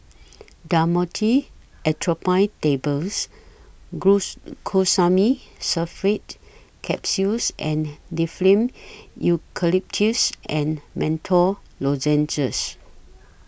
Dhamotil Atropine Tables Glues Sulfate Capsules and Difflam Eucalyptus and Menthol Lozenges